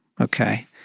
okay